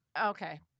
Okay